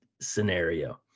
scenario